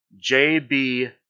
JB